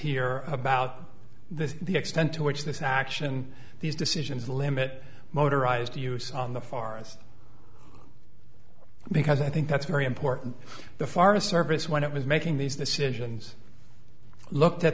here about this the extent to which this action these decisions limit motorized to use on the far east because i think that's very important the forest service when it was making these decisions i looked at